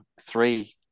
three